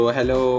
Hello